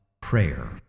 prayer